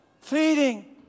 Feeding